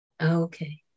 Okay